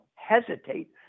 hesitate